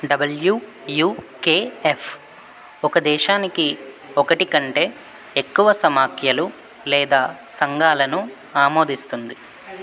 WUKF ఒక దేశానికి ఒకటి కంటే ఎక్కువ సమాఖ్యలు లేదా సంఘాలను ఆమోదిస్తుంది